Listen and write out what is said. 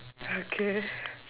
okay